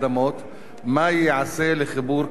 3. מה ייעשה לחיבור כפר-כנא לכביש?